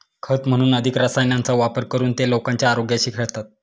खत म्हणून अधिक रसायनांचा वापर करून ते लोकांच्या आरोग्याशी खेळतात